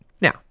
Now